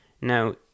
Now